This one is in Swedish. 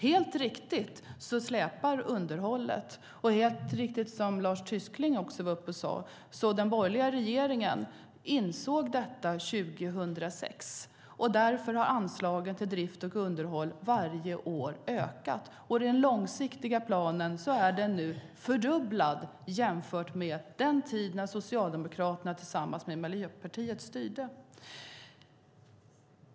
Helt riktigt släpar underhållet efter, och helt riktigt, som Lars Tysklind sade, insåg den borgerliga regeringen det 2006. Därför har anslaget till drift och underhåll ökat varje år, och i den långsiktiga planen är det nu fördubblat jämfört med när Socialdemokraterna och Miljöpartiet styrde.